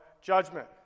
judgment